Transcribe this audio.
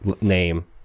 name